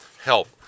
Help